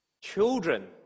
children